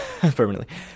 permanently